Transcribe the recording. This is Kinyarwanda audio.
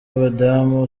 abadamu